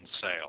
sale